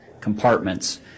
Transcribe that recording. compartments